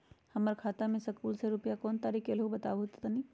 हमर खाता में सकलू से रूपया कोन तारीक के अलऊह बताहु त तनिक?